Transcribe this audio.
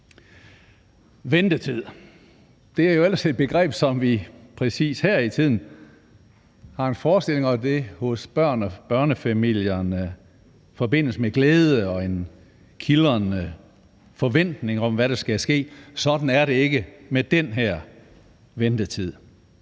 Ventetid er jo ellers et begreb, som vi præcis her i tiden har en forestilling om hos børn og børnefamilier forbindes med glæde og en kildrende forventning om, hvad der skal ske. Sådan er det ikke med den her ventetid.